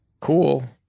cool